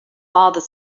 father